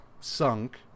sunk